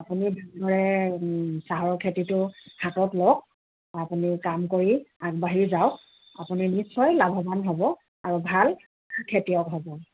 আপুনি চাহৰ খেতিটো হাতত লওক আপুনি কাম কৰি আগবাঢ়ি যাওক আপুনি নিশ্চয় লাভৱান হ'ন আৰু ভাল খেতিয়ক হ'ব